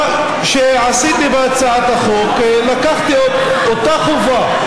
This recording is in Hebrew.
מה שעשיתי בהצעת החוק, לקחתי את אותה חובה,